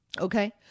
Okay